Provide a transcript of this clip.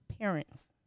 parents